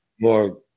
more